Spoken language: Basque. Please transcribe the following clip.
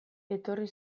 etorri